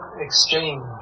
exchange